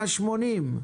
ב-180,